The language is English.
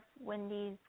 Wendy's